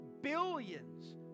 billions